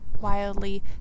wildly